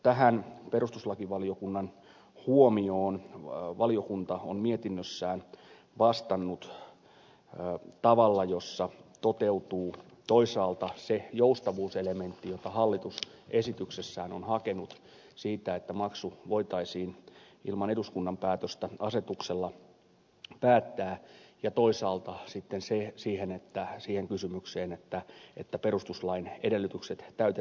tähän perustuslakivaliokunnan huomioon valiokunta on mietinnössään vastannut tavalla jossa toteutuu toisaalta se joustavuuselementti jota hallitus esityksessään on hakenut siitä että maksu voitaisiin ilman eduskunnan päätöstä asetuksella päättää ja toisaalta sitten kysymys siitä että perustuslain edellytykset tulevat täytettyä